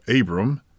Abram